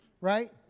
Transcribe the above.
right